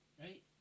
Right